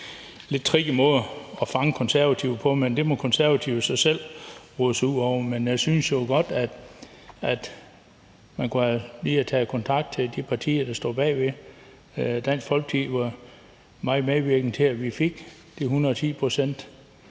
lidt tricky måde at fange Konservative på, men det må Konservative jo så selv rode sig ud af. Men jeg synes jo godt, at man lige kunne have taget kontakt til de partier, der står bag. Dansk Folkeparti var meget medvirkende til, at vi fik de 110 pct.,